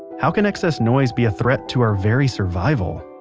how can excess noise be a threat to our very survival?